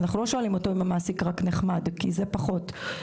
זה לא רק ששואלים אותו אם המעסיק נחמד כי זה פחות העניין,